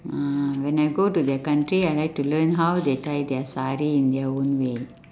ah when I go to their country I like to learn how they tie their sari in their own way